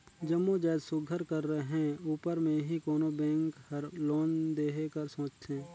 जम्मो जाएत सुग्घर कर रहें उपर में ही कोनो बेंक हर लोन देहे कर सोंचथे